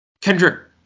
Kendrick